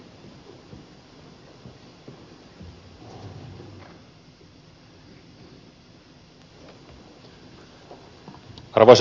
arvoisa puhemies